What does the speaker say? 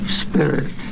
spirit